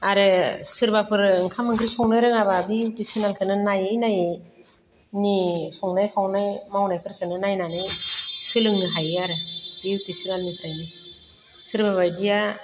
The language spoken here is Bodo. आरो सोरबाफोर ओंखाम ओंख्रि संनो रोङाब्ला बि इउटुब चेनेलखोनो नायै नायै संनाय खावनाय मावनायफोरखोनो नायनानै सोलोंनो हायो आरो बे इउटुब चेनेलनिफ्रायनो सोरबा बायदिया